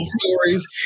stories